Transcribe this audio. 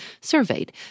surveyed